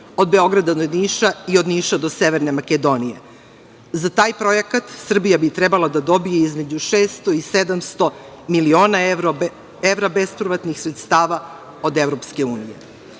od Beograda do Niša i od Niša do Severne Makedonije. Za taj projekat Srbija bi trebalo da dobije između 600 i 700 miliona evra bespovratnih sredstava od EU. To nije